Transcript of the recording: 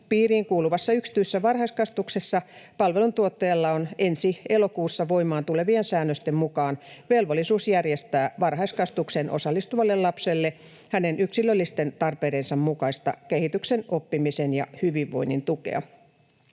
piiriin kuuluvassa yksityisessä varhaiskasvatuksessa palveluntuottajalla on ensi elokuussa voimaan tulevien säännösten mukaan velvollisuus järjestää varhaiskasvatukseen osallistuvalle lapselle hänen yksilöllisten tarpei-densa mukaista kehityksen, oppimisen ja hyvinvoinnin tukea.